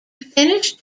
finished